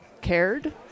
cared